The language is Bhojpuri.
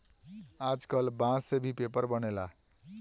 आजकल बांस से भी पेपर बनेला